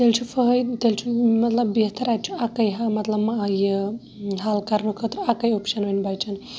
تیٚلہِ چھُ فٲہہِ تیٚلہِ چھُ مَطلَب بہتَراَتہِ چھُ اَکوے مَطلَب یہِ حَل کَرنہٕ خٲطرِ اَکوے آپشَن وۄنۍ بَچان